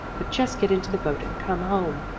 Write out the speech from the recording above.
but just get into the boat and come home.